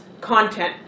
content